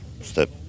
step